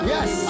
Yes